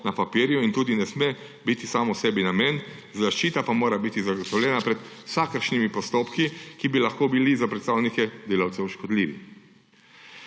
na papirju in tudi ne sme biti samo sebi namen, zaščita pa mora biti zagotovljena pred vsakršnimi postopki, ki bi lahko bili za predstavnike delavcev škodljivi.